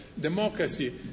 democracy